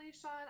Sean